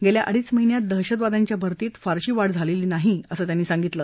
गेल्या अडीच महिन्यात दहशतवाद्यांच्या भरतीमध्ये फारशी वाढ झालेली नाही असं त्यांनी सांगितलं